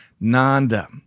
Nanda